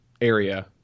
area